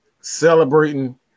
celebrating